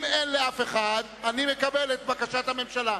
אם אין לאף אחד, אני מקבל את בקשת הממשלה.